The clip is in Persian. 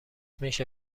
میشه